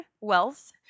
wealth